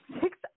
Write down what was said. six